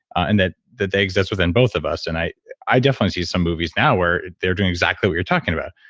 and that that they exist within both of us. and i i definitely see some movies now where they're doing exactly what you're talking about,